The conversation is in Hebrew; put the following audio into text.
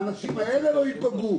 האנשים האלה לא יפגעו.